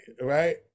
right